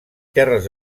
terres